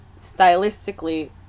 stylistically